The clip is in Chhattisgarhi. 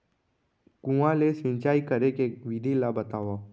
कुआं ले सिंचाई करे के विधि ला बतावव?